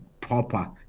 proper